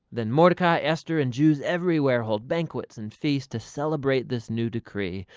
then mordecai, esther, and jews everywhere hold banquets and feasts to celebrate this new decree.